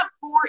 four